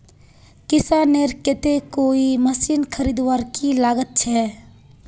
किसानेर केते कोई मशीन खरीदवार की लागत छे?